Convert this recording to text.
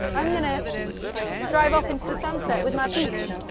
i'm gonna drive off into the sunset with my pooch.